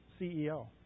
CEO